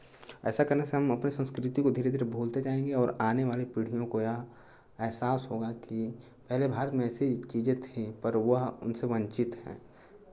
ऐसा करने से हम अपनी संस्कृति को धीरे धीरे भूलते जाएंगे और आने वाली पीढ़ियों को यह एहसास होगा कि पहले भारत में ऐसी चीज़ें थी पर वह हमसे वंचित हैं